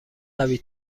قوی